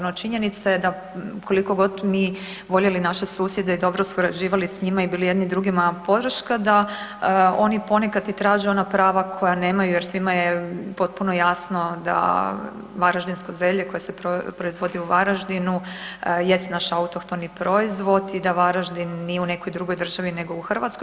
No, činjenica je da koliko god mi voljeli naše susjede i dobro surađivali sa njima i bili jedni drugima podrška, da oni ponekad i traže ona prava koja nemaju jer svima je potpuno jasno da varaždinsko zelje koje se proizvodi u Varaždinu jest naš autohtoni proizvod i da Varaždin nije u nekoj drugoj državi nego u Hrvatskoj.